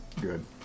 good